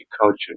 culture